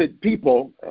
people